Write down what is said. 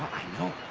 i know,